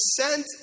sent